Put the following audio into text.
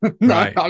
no